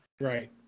Right